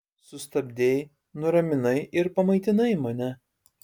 sustabdei nuraminai ir pamaitinai mane